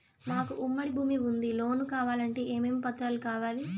మాకు ఉమ్మడి భూమి ఉంది లోను కావాలంటే ఏమేమి పత్రాలు కావాలి?